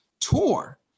tour